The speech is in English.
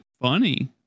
funny